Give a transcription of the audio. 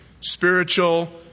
Spiritual